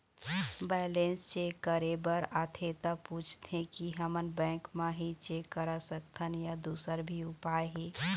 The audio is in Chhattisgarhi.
बैलेंस चेक करे बर आथे ता पूछथें की हमन बैंक मा ही चेक करा सकथन या दुसर भी उपाय हे?